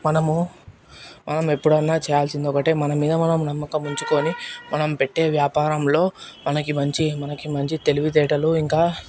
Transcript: మనము మనమెప్పుడన్నా చేయాల్సింది ఒకటే మన మీద మనం నమ్మకం ఉంచుకుని మనం పెట్టే వ్యాపారంలో మనకి మంచి మనకి మంచి తెలివితేటలు ఇంకా